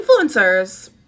influencers